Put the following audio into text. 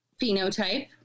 phenotype